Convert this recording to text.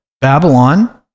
babylon